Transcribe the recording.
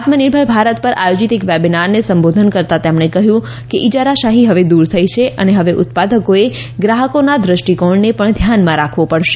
આત્મનિર્ભર ભારત પર આયોજીત એક વેબિનારને સંબોધન કરતાં તેમણે કહ્યું કે ઇજારાશાહી હવે દુર થઇ છે અને હવે ઉત્પાદકોએ ગ્રાહકોના દ્રષ્ટિકોણને પણ ધ્યાનમાં રાખવો પડશે